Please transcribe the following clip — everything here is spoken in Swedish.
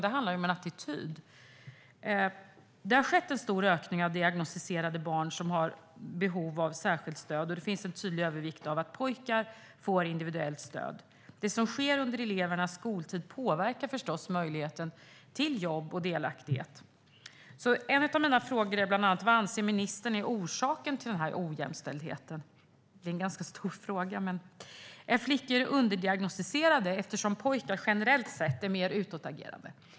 Det handlar om attityd. Det har skett en stor ökning av diagnostiserade barn som har behov av särskilt stöd. Det finns en tydlig övervikt av att pojkar får individuellt stöd. Och det som sker under elevernas skoltid påverkar förstås möjligheten till jobb och delaktighet. Vad anser ministern är orsaken till ojämställdheten? Det är en ganska stor fråga. Är flickor underdiagnostiserade eftersom pojkar generellt sett är mer utåtagerande?